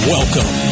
Welcome